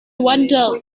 wonder